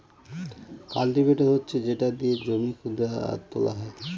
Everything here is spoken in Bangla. কাল্টিভেটর হচ্ছে যেটা দিয়ে জমি খুদা আর তোলা হয়